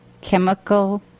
chemical